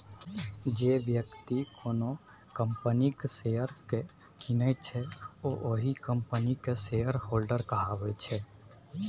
जे बेकती कोनो कंपनीक शेयर केँ कीनय छै ओ ओहि कंपनीक शेयरहोल्डर कहाबै छै